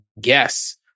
guess